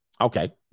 Okay